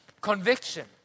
conviction